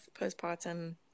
postpartum